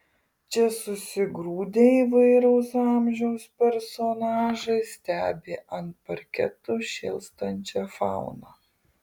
čia susigrūdę įvairaus amžiaus personažai stebi ant parketo šėlstančią fauną